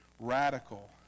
radical